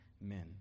men